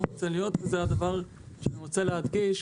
רוצה להיות וזה הדבר שאני רוצה להדגיש,